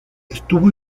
estuvo